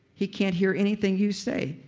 he can't hear anything you say.